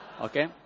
okay